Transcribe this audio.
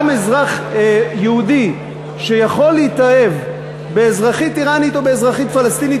גם אזרח יהודי שיכול להתאהב באזרחית איראנית או באזרחית פלסטינית,